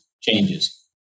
changes